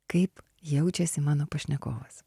kaip jaučiasi mano pašnekovas